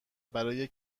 برای